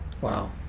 Wow